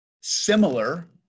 similar